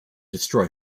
destroy